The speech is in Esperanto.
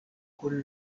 kun